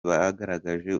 bagaragaje